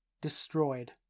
destroyed